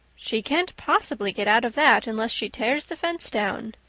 she can't possibly get out of that unless she tears the fence down,